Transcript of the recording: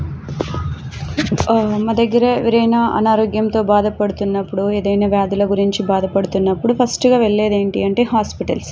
మా దగ్గరా ఎవరైనా అనారోగ్యంతో బాధపడుతున్నప్పుడు ఏదైనా వ్యాధుల గురించి బాధపడుతున్నప్పుడు ఫస్టుగా వెళ్ళేదేంటి అంటే హాస్పిటల్స్